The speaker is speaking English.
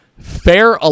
Fair